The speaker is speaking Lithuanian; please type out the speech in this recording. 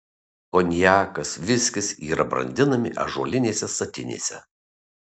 konjakas viskis yra brandinami ąžuolinėse statinėse